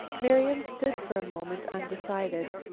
marian stood for a moment undecided.